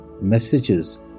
messages